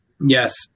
Yes